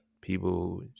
people